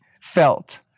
felt